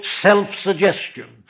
self-suggestion